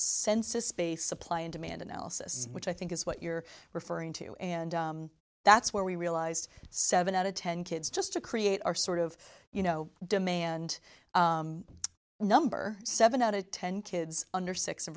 census space supply and demand analysis which i think is what you're referring to and that's where we realized seven out of ten kids just to create are sort of you know demand number seven out of ten kids under six